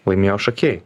laimėjo šakiai